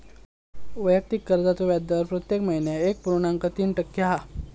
वैयक्तिक कर्जाचो व्याजदर प्रत्येक महिन्याक एक पुर्णांक तीन टक्के हा